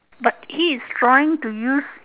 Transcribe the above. but he is trying to use